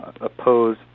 oppose